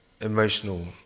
emotional